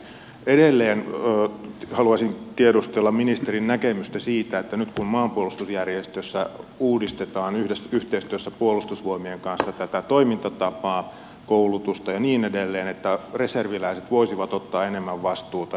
edelleen haluaisin tiedustella ministerin näkemystä siitä että nyt kun maanpuolustusjärjestöissä uudistetaan yhteistyössä puolustusvoimien kanssa tätä toimintatapaa koulutusta ja niin edelleen niin reserviläiset voisivat ottaa enemmän vastuuta